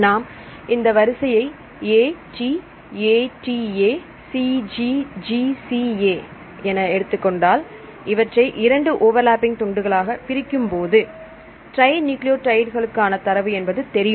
நாம் இந்த வரிசையை AT ATA C G G C A எடுத்துக்கொண்டால் இவற்றை இரண்டு ஓவர்லாப்பிங் துண்டுகளாக பிரிக்கும் போது ட்ரை நியூக்ளியோடைடுகளுக்கான தரவு என்பது தெரியும்